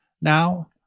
now